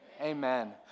Amen